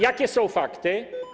Jakie są fakty?